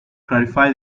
clarify